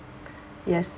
yes